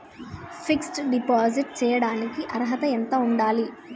Fix డ్ deposit చేయటానికి అర్హత ఎంత ఉండాలి?